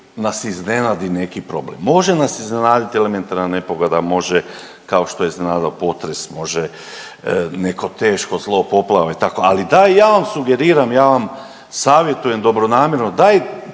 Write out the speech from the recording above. nas iznenadi neki problem. Može nas iznenaditi elementarna nepogoda, može kao što je iznenadio potres, može neko teško zlo poplava ili tako, ali daj ja vam sugeriram, ja vam savjetujem dobronamjerno dajte